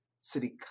city